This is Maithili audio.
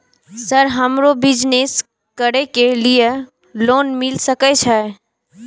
सर हमरो बिजनेस करके ली ये लोन मिल सके छे?